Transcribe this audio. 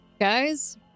Guys